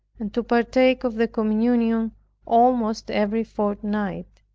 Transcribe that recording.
and to partake of the communion almost every fortnight.